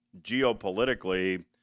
geopolitically